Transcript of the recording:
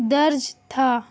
درج تھا